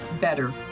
better